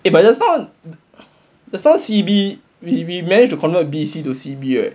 if I just type the first C B we we managed to convert B C two C B right